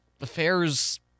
affairs